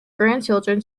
grandchildren